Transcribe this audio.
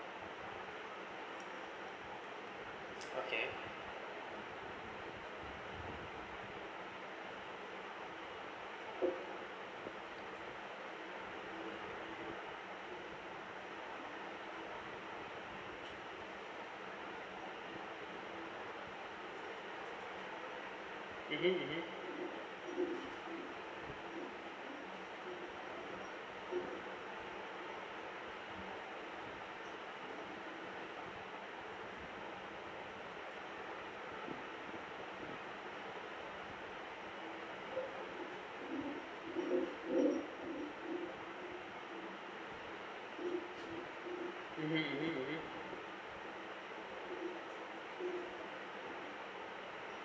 okay mmhmm mmhmm mmhmm mmhmm mmhmm